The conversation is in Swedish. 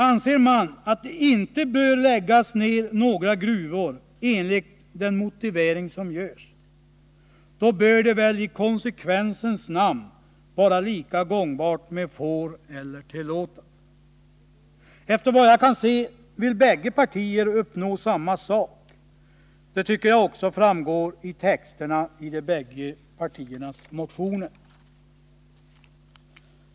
Anser ni att det inte bör läggas ner några gruvor enligt den motivering som görs, måste det väl i konsekvensens namn vara lika gångbart att använda orden får eller tillåtas. Att döma av texterna i motionerna vill bägge partierna uppnå samma sak.